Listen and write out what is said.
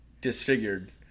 disfigured